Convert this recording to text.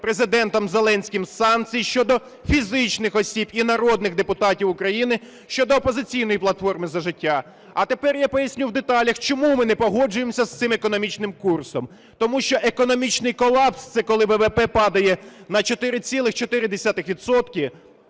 Президентом Зеленським санкцій щодо фізичних осіб і народних депутатів України щодо "Опозиційної платформи – За життя". А тепер я поясню в деталях, чому ми не погоджуємося з цим економічним курсом. Тому що економічний колапс – це коли ВВП падає на 4,4